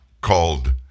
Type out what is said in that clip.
called